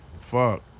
Fuck